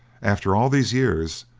after all these years,